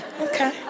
okay